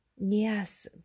yes